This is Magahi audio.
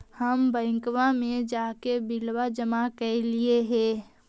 हम बैंकवा मे जाके बिलवा जमा कैलिऐ हे?